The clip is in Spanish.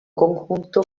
conjunto